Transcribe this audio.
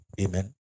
Amen